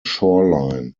shoreline